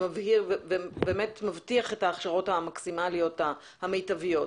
ובאמת מבטיח את ההכשרות המקסימליות המיטביות.